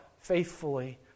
faithfully